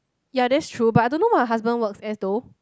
ya that's true but I don't know what her husband works as though